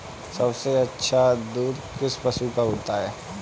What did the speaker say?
सबसे अच्छा दूध किस पशु का होता है?